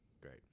great